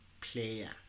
player